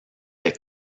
est